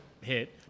hit